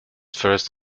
first